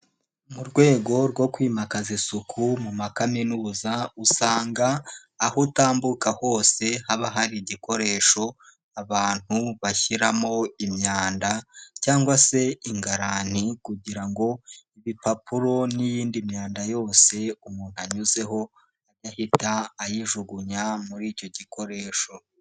Mu rwego rwo kwimakaza isuku mu makaminuza usanga aho utambuka hose haba hari igikoresho abantu bashyiramo imyanda cyangwa se ingarani kugira ngo ibipapuro n'iyindi myanda yose umuntu anyuzeho ahita ayijugunya muri icyo gikoresho.